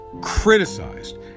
criticized